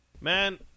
Man